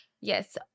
yes